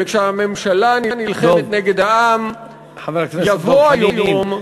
וכשהממשלה נלחמת נגד העם יבוא היום,